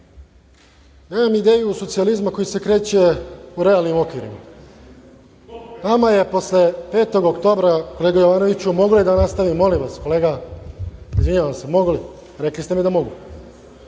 imam ideju socijalizma koji se kreće u realnim okvirima. Nama je posle 5. oktobra, kolega Jovanoviću, mogu li da nastavim, molim vas, kolega, izvinjavam se, mogu li? Rekli ste mi da mogu.